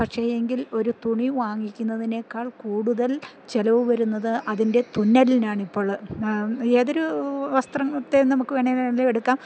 പക്ഷേ എങ്കിൽ ഒരു തുണി വാങ്ങിക്കുന്നതിനേക്കാൾ കൂടുതൽ ചെലവ് വരുന്നത് അതിൻ്റെ തുന്നലിനാണ് ഇപ്പോള് ഏതൊരു വസ്ത്രംത്തേ നമുക്ക് വേണെല് എടുക്കാം